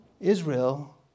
Israel